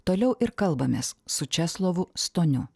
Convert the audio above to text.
toliau ir kalbamės su česlovu stoniu